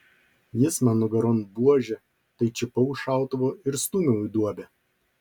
jis man nugaron buože tai čiupau už šautuvo ir stūmiau į duobę